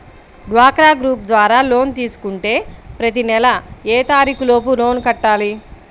డ్వాక్రా గ్రూప్ ద్వారా లోన్ తీసుకుంటే ప్రతి నెల ఏ తారీకు లోపు లోన్ కట్టాలి?